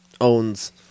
owns